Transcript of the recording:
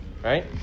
right